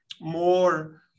more